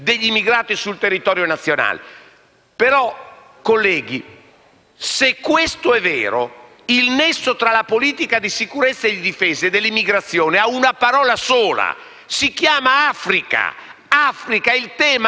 se questo è vero, il nesso tra la politica di sicurezza e di difesa e l'immigrazione ha una parola sola: si chiama Africa. Il tema è l'Africa: noi dobbiamo andare lì a fare una politica,